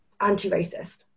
anti-racist